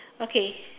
okay